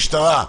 משטרה?